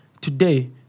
today